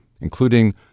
including